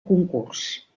concurs